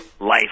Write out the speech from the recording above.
life